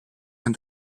and